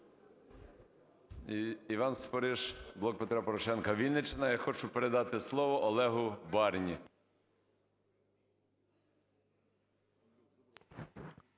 Дякую.